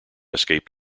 escaped